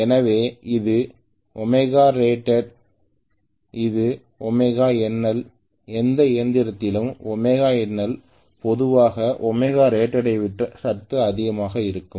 எனவே இது ɷrated இது ɷNL எந்த இயந்திரத்திலும் ɷNL பொதுவாக ɷrated ஐ விட சற்று அதிகமாக இருக்கும்